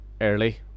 early